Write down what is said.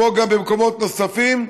כמו גם במקומות נוספים,